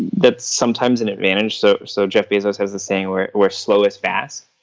that sometimes an advantage so so jeff bezos has the same where where slow is fast.